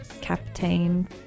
Captain